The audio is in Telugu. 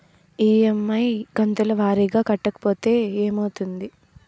ఇ.ఎమ్.ఐ కంతుల వారీగా కట్టకపోతే ఏమవుతుంది?